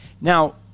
Now